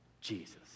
Jesus